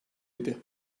idi